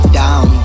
down